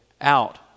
out